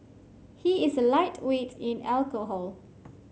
he is a lightweight in alcohol